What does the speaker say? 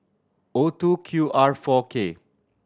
O two Q R four K